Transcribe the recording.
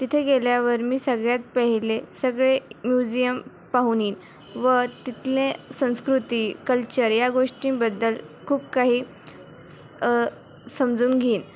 तिथे गेल्यावर मी सगळ्यात पहिले सगळे म्युझियम पाहून येईन व तिथले संस्कृती कल्चर या गोष्टींबद्दल खूप काही स् समजून घेईन